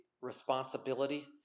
responsibility